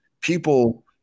People